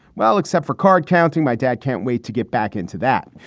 well, except for card counting, my dad can't wait to get back into that.